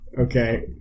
Okay